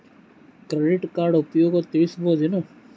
Credit card ಉಪಯೋಗ ತಿಳಸಬಹುದೇನು?